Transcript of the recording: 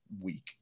week